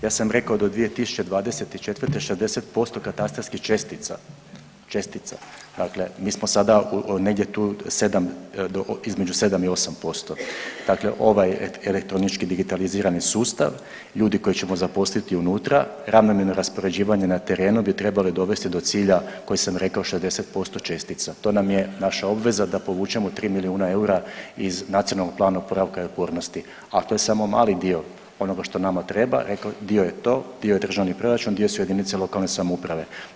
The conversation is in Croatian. Ja sam rekao do 2024. 60% katastarskih čestica, čestica, dakle mi smo sada negdje tu, 7, između 7 i 8%, dakle ovaj elektronički digitalizirani sustav, ljudi koje ćemo zaposliti unutra, ravnomjerno raspoređivanje na terenu bi trebale dovesti do cilja koji sam rekao, 60% čestica, to nam je naša obveza da povučemo 3 milijuna eura iz Nacionalnog plana oporavka i otpornosti, a to je samo mali dio onoga što nama treba, dio je to, dio je državni proračun, dio su jedinice lokalne samouprave.